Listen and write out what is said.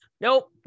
Nope